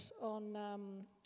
on